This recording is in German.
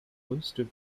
größte